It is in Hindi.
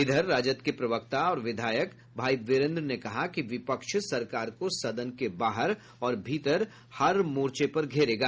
इधर राजद के प्रवक्ता और विधायक भाई वीरेन्द्र ने कहा कि विपक्ष सरकार को सदन के बाहर और भीतर हर मोर्चो पर घेरेगा